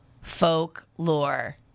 folklore